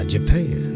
Japan